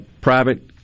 private